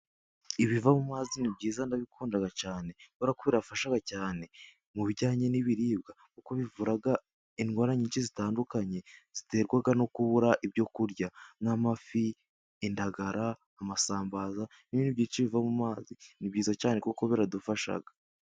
Ibiva mu mazi ni byiza ndabikunda cyane, kubera ko birafasha cyane mu bijyanye n'ibiribwa, kuko bivura indwara nyinshi zitandukanye ziterwa no kubura ibyo kurya, nk'amafi, indagara, amasambaza n'ibindi byinshi biva mu mazi, ni byiza cyane kuko baradufasha.